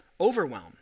overwhelm